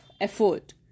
effort